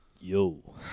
Yo